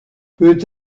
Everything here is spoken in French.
peut